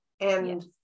and-